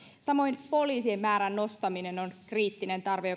samoin poliisien määrän nostamiseen on kriittinen tarve